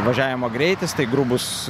važiavimo greitis tai grubūs